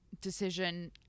decision